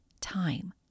time